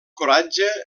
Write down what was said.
coratge